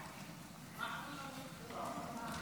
הכללת בתים מאזנים בהיתר מגורים לחוסים),